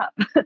up